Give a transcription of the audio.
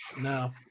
No